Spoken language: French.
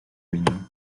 ruines